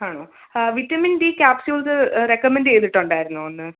ആണോ vitamin D capsules recommend ചെയ്തിട്ടുണ്ടായിരുന്നോ അന്ന്